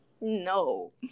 no